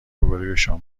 روبهرویشان